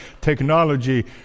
technology